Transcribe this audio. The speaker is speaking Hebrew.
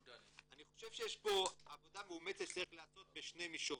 אני חושב שיש לעשות פה עבודה מאומצת בשני מישורים.